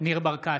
ניר ברקת,